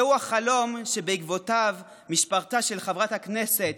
זהו החלום שבעקבותיו משפחתה של חברת הכנסת